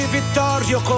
Vittorio